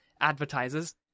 advertisers